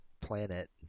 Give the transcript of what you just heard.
planet